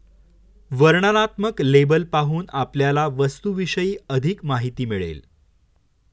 वर्णनात्मक लेबल पाहून आपल्याला वस्तूविषयी अधिक माहिती मिळेल